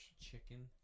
chicken